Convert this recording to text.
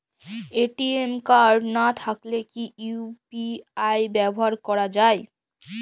ATM card না থাকলে কি ইউ.পি.আই ব্যবহার করা য়ায়?